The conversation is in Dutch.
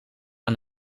aan